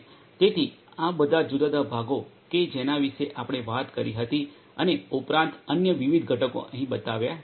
તેથી આ બધા જુદા જુદા ભાગો કે જેના વિશે આપણે વાત કરી હતી અને તે ઉપરાંત અન્ય વિવિધ ઘટકો અહીં બતાવ્યા છે